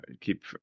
keep